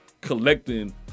collecting